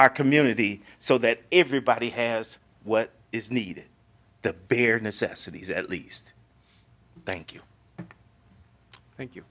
our community so that everybody has what is needed the bare necessities at least thank you you thank you